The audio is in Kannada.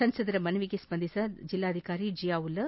ಸಂಸದರ ಮನವಿಗೆ ಸ್ವಂದಿಸಿದ ಜಿಲ್ಲಾಧಿಕಾರಿ ಜಿಯಾವುಲ್ಲಾ